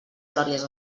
glòries